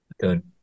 Good